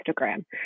Instagram